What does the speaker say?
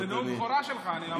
זה נאום בכורה שלך, אני ממש מתנצל.